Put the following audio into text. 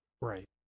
Right